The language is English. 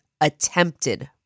attempted